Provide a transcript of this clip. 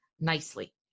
nicely